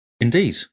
Indeed